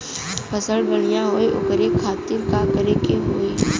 फसल बढ़ियां हो ओकरे खातिर का करे के होई?